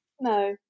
No